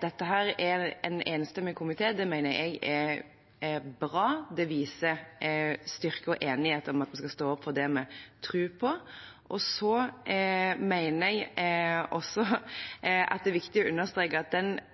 dette er en enstemmig komité, mener jeg er bra, det viser styrke og enighet om at vi skal stå opp for det vi tror på. Så mener jeg også at det er viktig å understreke at den